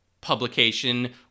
publication